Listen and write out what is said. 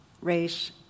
race